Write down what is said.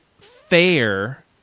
fair